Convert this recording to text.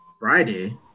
friday